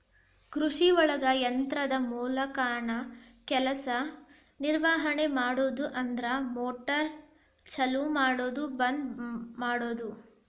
ಕೃಷಿಒಳಗ ಯಂತ್ರದ ಮೂಲಕಾನ ಕೆಲಸಾ ನಿರ್ವಹಣೆ ಮಾಡುದು ಅಂದ್ರ ಮೋಟಾರ್ ಚಲು ಮಾಡುದು ಬಂದ ಮಾಡುದು